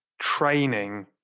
training